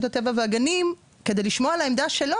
הטבע והגנים כדי לשמוע על העמדה שלו,